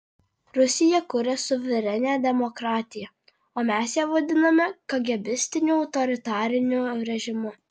rusija kuria suverenią demokratiją o mes ją vadiname kagėbistiniu autoritariniu režimu